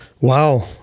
Wow